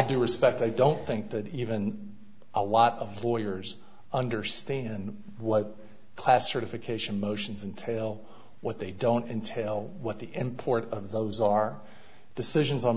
i do respect i don't think that even a lot of lawyers understand what class certification motions and tail what they don't entail what the import of those are decisions on